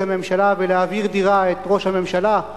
הממשלה ולהעביר דירה את ראש הממשלה,